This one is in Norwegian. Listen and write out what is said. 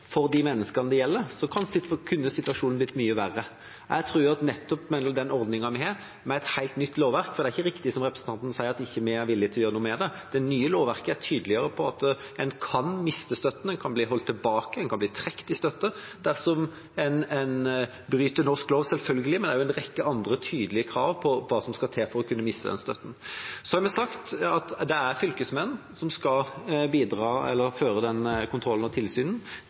nettopp den ordningen vi har, med et helt nytt lovverk, er bra, for det er ikke riktig, som representanten sier, at vi ikke er villige til å gjøre noe med det. Det nye lovverket er tydeligere på at en kan miste støtten, at den kan bli holdt tilbake, eller at en kan bli trukket i støtte dersom en bryter norsk lov, selvfølgelig, men det er også en rekke andre tydelige krav på hva som skal til for å kunne miste støtten. Så har vi sagt at det er fylkesmennene som skal